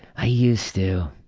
i used to.